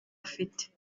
afite